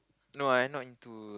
no I not into